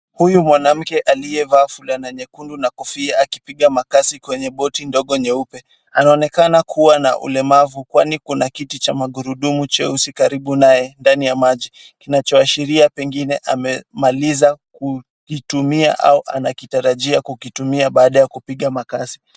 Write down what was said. Huyu mwanamke aliyevaa fulana nyekundu na kilofia, akipiga makasi kwenye boti ndogo nyeupe, anaonekana kuwa na ulemavu kwani kuna kiti cha magurudumu kwani magurudumu nyeusi karibuni naye ndani ya maji. Kinachoashiria pengine amemaliza kukitumia au anatarajia kukitumia baada ya kupiga makasi.